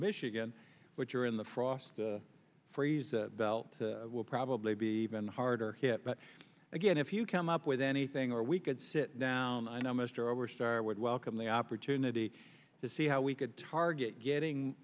michigan which are in the frost freeze belt will probably be even harder hit but again if you come up with anything or we could sit down i know mr oberstar would welcome the opportunity to see how we could target getting